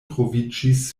troviĝis